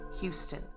Houston